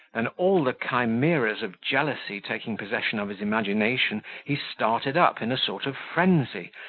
than all the chimeras of jealousy taking possession of his imagination, he started up in a sort of frenzy,